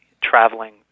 traveling